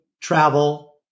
travel